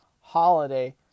holiday